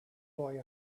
boy